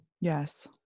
Yes